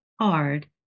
hard